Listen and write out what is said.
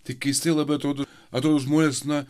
tik keistai labai atrodo atrodo žmonės na